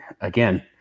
again